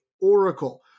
Oracle